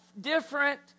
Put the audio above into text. different